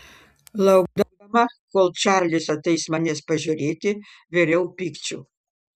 laukdama kol čarlis ateis manęs pažiūrėti viriau pykčiu